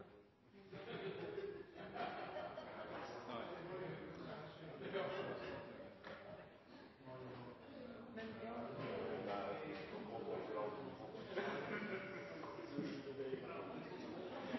migrasjon. Men det er